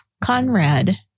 Conrad